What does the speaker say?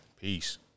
Peace